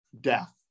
death